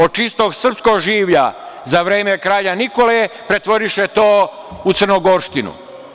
Od čistog srpskog življa, za vreme Kralja Nikole, pretvoriše to u crnogorštinu.